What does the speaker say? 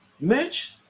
Mitch